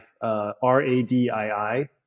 R-A-D-I-I